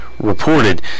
reported